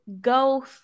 go